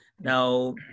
now